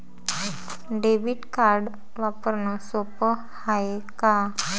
Debit card वापरणं सोप हाय का?